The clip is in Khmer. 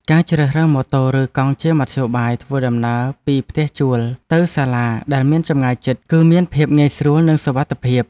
ការជ្រើសរើសម៉ូតូឬកង់ជាមធ្យោបាយធ្វើដំណើរពីផ្ទះជួលទៅសាលាដែលមានចម្ងាយជិត គឺមានភាពងាយស្រួលនិងសុវត្ថិភាព។